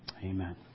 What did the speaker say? Amen